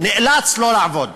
נאלץ לא לעבוד.